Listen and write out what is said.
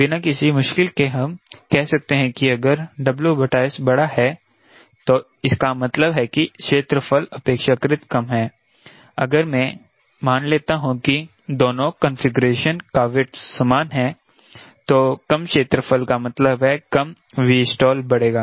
बिना किसी मुश्किल के हम कह सकते हैं कि अगर WS बड़ा है तो इसका मतलब है कि क्षेत्रफल अपेक्षाकृत कम है अगर मैं मान लेता हूं कि दोनों कॉन्फ़िगरेशन का वेट समान है तो कम क्षेत्रफल का मतलब है कम Vstall बढ़ेगा